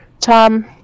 tom